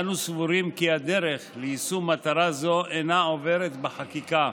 אנו סבורים כי הדרך ליישום מטרה זו אינה עוברת בחקיקה,